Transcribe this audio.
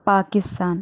Pakistan